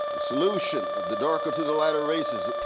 solution of the darker to the lighter races,